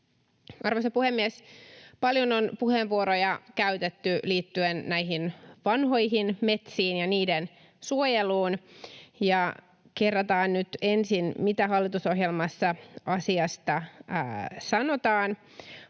Arvoisa puhemies! Paljon on puheenvuoroja käytetty liittyen näihin vanhoihin metsiin ja niiden suojeluun. Kerrataan nyt ensin, mitä hallitusohjelmassa asiasta sanotaan.